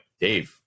Dave